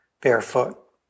barefoot